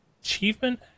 achievement